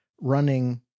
running